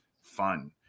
fun